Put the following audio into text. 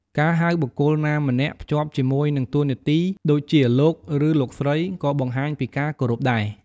ការហៅបុគ្គលណាម្នាក់ភ្ជាប់ជាមួយនឹងតួនាទី ដូចជា លោក ឬ លោកស្រី ក៏បង្ហាញពីការគោរពដែរ។